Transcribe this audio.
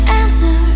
answer